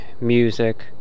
music